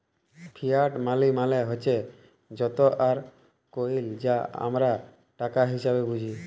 fiat মালি মালে হছে যত আর কইল যা আমরা টাকা হিসাঁবে বুঝি